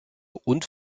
und